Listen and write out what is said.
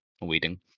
waiting